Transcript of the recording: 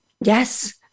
Yes